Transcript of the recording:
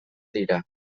dira